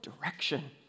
direction